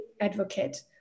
advocate